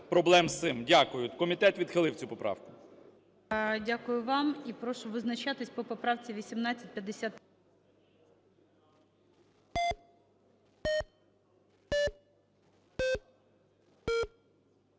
проблем з цим. Дякую. Комітет відхилив цю поправку.